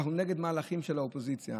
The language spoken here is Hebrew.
אנחנו נגד מהלכים של האופוזיציה,